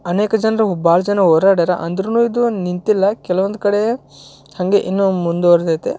ಅನೇಕ ಜನರು ಭಾಳ ಜನ ಹೋರಾಡ್ಯಾರ ಅಂದ್ರೂ ಇದು ನಿಂತಿಲ್ಲ ಕೆಲವೊಂದು ಕಡೆ ಹಾಗೆ ಇನ್ನೂ ಮುಂದುವರ್ದೈತೆ